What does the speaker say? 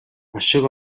ашиг